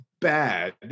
bad